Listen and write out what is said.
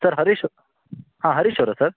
sir Harish ಹಾಂ ಹರೀಶ್ ಅವ್ರಾ sir